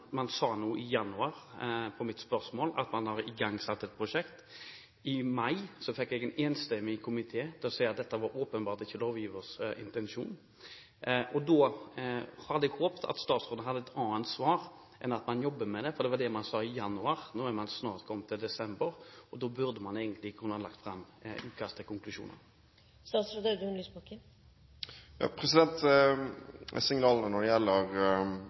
sa noe i januar på mitt spørsmål, at man har igangsatt et prosjekt. I mai fikk jeg en enstemmig komité til å si at dette var åpenbart ikke lovgivers intensjon, og da hadde jeg håpet at statsråden hadde et annet svar enn at man jobber med det, for det var det man sa i januar. Nå er man snart kommet til desember, og da burde man egentlig ha kunnet lage utkast til konklusjoner. Signalene når det gjelder treårsregelen er mottatt. Det